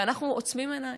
ואנחנו עוצמים עיניים,